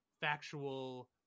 factual